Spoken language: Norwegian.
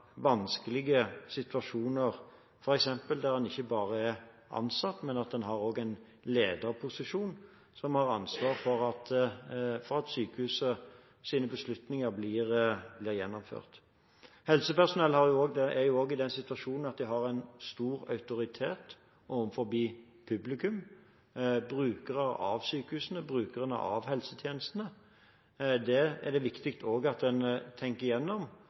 vanskelige situasjoner, f.eks. der en ikke bare er ansatt, men også har en lederposisjon der en har ansvar for at sykehusets beslutninger blir gjennomført. Helsepersonell er også i den situasjonen at de har stor autoritet overfor publikum, brukerne av sykehusene og brukerne av helsetjenestene. Det er det også viktig at en tenker igjennom,